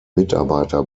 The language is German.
mitarbeiter